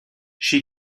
she